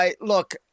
Look